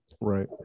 Right